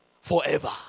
forever